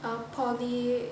a poly